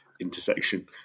intersection